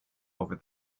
over